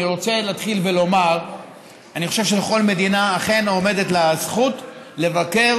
אני רוצה להתחיל ולומר שאני חושב שלכל מדינה אכן עומדת הזכות לבקר